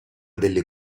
delle